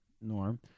Norm